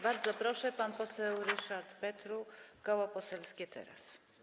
Bardzo proszę, pan poseł Ryszard Petru, Koło Poselskie Teraz!